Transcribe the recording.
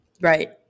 Right